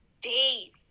days